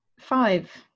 five